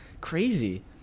Crazy